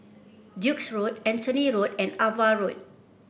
Duke's Road Anthony Road and Ava Road